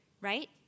right